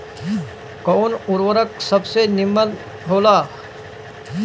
कवन उर्वरक सबसे नीमन होला?